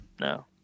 no